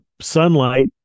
sunlight